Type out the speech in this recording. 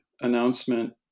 announcement